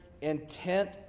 intent